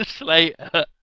later